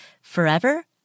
forever